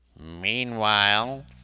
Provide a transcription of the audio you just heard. Meanwhile